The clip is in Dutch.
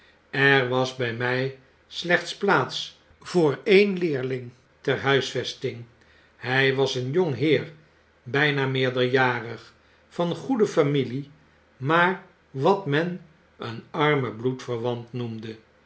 er was bjj mij slechts plaats voor een leerling ter huisvesting hy was een jong heer bjjna meerderjarig van goede familie maar wat men een armen bloedverwant noemde